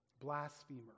Blasphemer